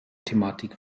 thematik